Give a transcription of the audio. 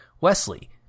Wesley